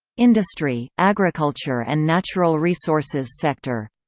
industry, agriculture and natural resources sector